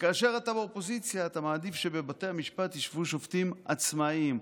וכאשר אתה באופוזיציה אתה מעדיף שבבתי המשפט ישבו שופטים עצמאיים,